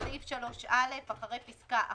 בסעיף 3(א), אחרי פסקה (1)